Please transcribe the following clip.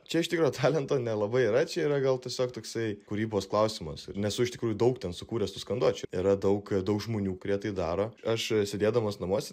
čia iš tikro talento nelabai yra čia yra gal tiesiog toksai kūrybos klausimas ir nesu iš tikrųjų daug ten sukūręs tų skanduočių yra daug daug žmonių kurie tai daro aš sėdėdamas namuose